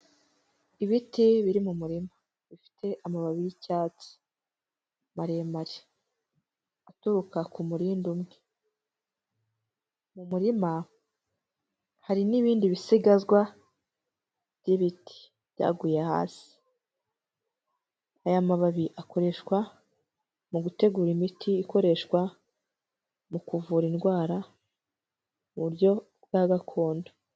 Ibiti biri mu murima bifite amababi y'icyatsi maremare aturuka ku murindi umwe. Mu murima hari n'ibindi bisigazwa by'ibiti byaguye hasi. Aya mababi akoreshwa mu gutegura imiti ikoreshwa mu kuvura indwara mu buryo bwa gakondo.